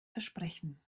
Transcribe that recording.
versprechen